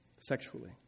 sexually